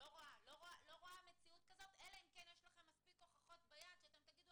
אלא אם כן אתם תאמרו שיש לכם מספיק הוכחות ביד שאתם תגידו